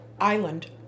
island